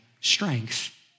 strength